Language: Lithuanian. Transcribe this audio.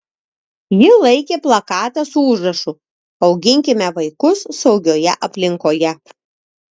ji laikė plakatą su užrašu auginkime vaikus saugioje aplinkoje